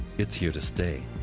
it's here to stay.